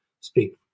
speak